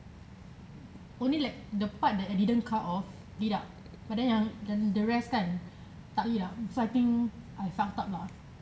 only like the part that I didn't cut off deduct but then yang yang the rest kan tak light up so I think I fucked up lah